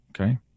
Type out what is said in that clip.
okay